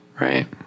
right